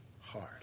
hard